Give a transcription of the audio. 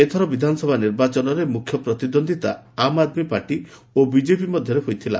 ଏଥର ବିଧାନସଭା ନିର୍ବାଚନରେ ମୁଖ୍ୟ ପ୍ରତିଦ୍ୱନ୍ଦ୍ୱିତା ଆମ୍ଆଦ୍ମୀ ପାର୍ଟି ଓ ବିଜେପି ମଧ୍ୟରେ ହୋଇଥିଲା